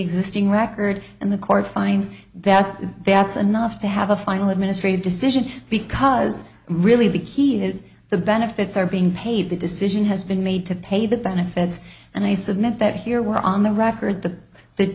existing record and the court finds that that's a nuff to have a final administrative decision because really the key is the benefits are being paid the decision has been made to pay the benefits and i submit that here were on the record the that